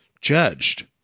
judged